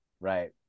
Right